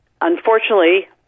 unfortunately